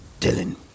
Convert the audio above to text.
Dylan